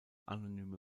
anonyme